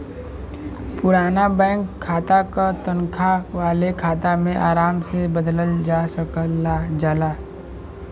पुराना बैंक खाता क तनखा वाले खाता में आराम से बदलल जा सकल जाला